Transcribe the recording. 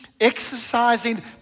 exercising